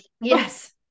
Yes